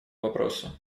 вопросу